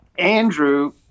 Andrew